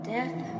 Death